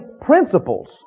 principles